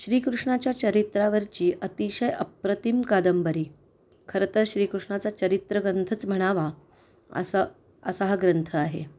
श्रीकृष्णाच्या चरित्रावरची अतिशय अप्रतिम कादंबरी खरं तर श्रीकृष्णाचा चरित्रग्रंथच म्हणावा असा असा हा ग्रंथ आहे